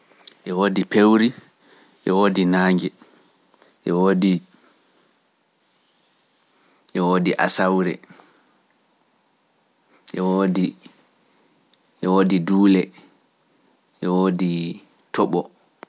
Ɓe ɓoodi peewri, ɓe ɓoodi naange, ɓe ɓoodi asawre, ɓe ɓoodi duule, ɓe ɓoodi tooɓo.